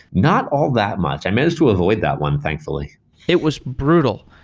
not all that much. i managed to avoid that one, thankfully it was brutal.